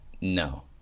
no